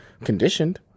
conditioned